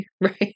right